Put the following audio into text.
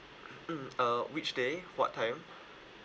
mm uh which day what time